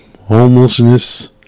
homelessness